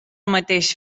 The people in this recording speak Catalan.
mateix